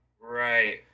Right